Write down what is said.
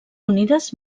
unides